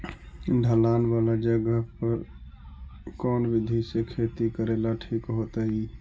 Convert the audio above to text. ढलान वाला जगह पर कौन विधी से खेती करेला ठिक होतइ?